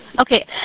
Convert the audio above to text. Okay